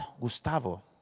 Gustavo